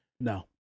No